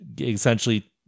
essentially